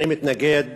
אני מתנגד